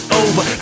over